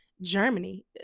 Germany